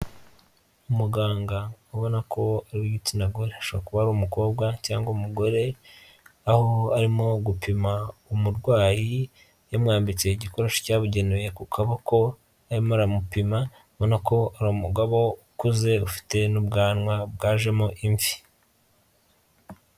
Umuganga ubona ko ari uw'igitsina gore, ashobora kuba ari umukobwa cyangwa umugore, aho arimo gupima umurwayi, yamwambitse igikoresho cyabugenewe ku kaboko, arimo aramupima, ubona ko ari umugabo ukuze ufite n'ubwanwa bwajemo imvi